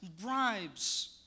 bribes